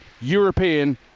European